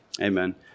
Amen